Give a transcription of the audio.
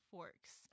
Forks